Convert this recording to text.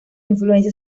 influencia